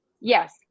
Yes